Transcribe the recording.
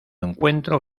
encuentro